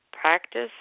Practice